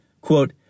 Quote